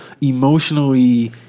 emotionally